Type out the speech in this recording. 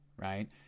right